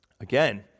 Again